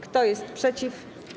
Kto jest przeciw?